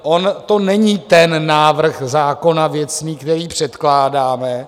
On to není ten návrh zákona věcný, který předkládáme.